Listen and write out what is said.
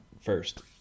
first